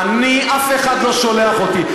אני, אף אחד לא שולח אותי.